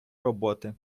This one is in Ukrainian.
роботи